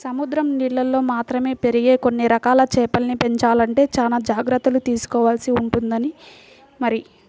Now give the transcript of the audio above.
సముద్రం నీళ్ళల్లో మాత్రమే పెరిగే కొన్ని రకాల చేపల్ని పెంచాలంటే చానా జాగర్తలు తీసుకోవాల్సి ఉంటుంది మరి